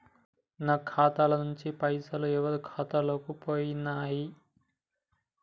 నా ఖాతా ల నుంచి పైసలు ఎవరు ఖాతాలకు పోయినయ్?